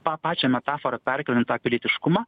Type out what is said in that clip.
pa pačią metaforą perkeliant tą pilietiškumą